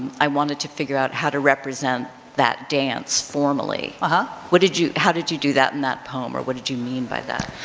i wanted to figure out how to represent that dance formally. uh-huh ah what did you, how did you do that in that poem or what did you mean by that?